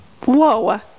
Whoa